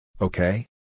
Okay